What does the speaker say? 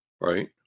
Right